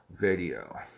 video